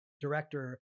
director